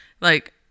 Like-